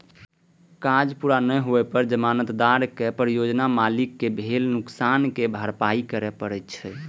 काज पूरा नै होइ पर जमानतदार कें परियोजना मालिक कें भेल नुकसानक भरपाइ करय पड़ै छै